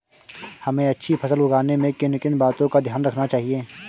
हमें अच्छी फसल उगाने में किन किन बातों का ध्यान रखना चाहिए?